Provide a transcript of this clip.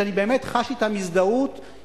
שאני באמת חש הזדהות אתם,